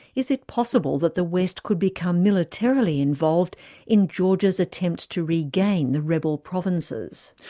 is it possible that the west could become militarily involved in georgia's attempts to regain the rebel provinces?